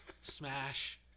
smash